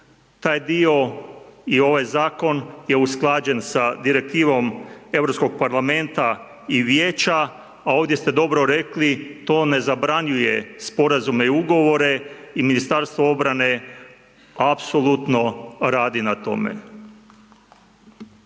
taj dio i ovaj zakon je usklađen sa Direktivom Europskog parlamenta i Vijeća. A ovdje ste dobro rekli to ne zabranjuje sporazume i ugovore i Ministarstvo obrane apsolutno radi na tome.